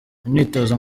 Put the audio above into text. imyitozo